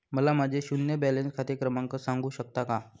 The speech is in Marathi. मला माझे शून्य बॅलन्स खाते क्रमांक सांगू शकता का?